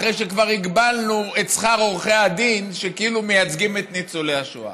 אחרי שכבר הגבלנו את שכר עורכי הדין שכאילו מייצגים את ניצולי השואה,